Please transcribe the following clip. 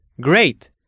Great